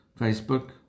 Facebook